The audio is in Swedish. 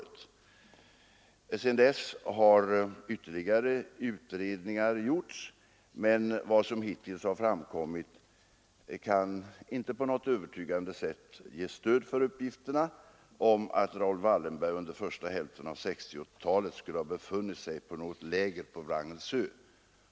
Sedan dess har ytterligare utredningar gjorts, men vad som hittills framkommit har inte på något övertygande sätt givit stöd åt uppgifterna att Raoul Wallenberg under första hälften av 1960-talet skulle ha befunnit sig i ett läger på Wrangels ö.